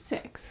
Six